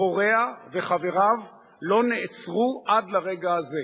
הפורע וחבריו לא נעצרו עד לרגע זה.